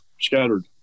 scattered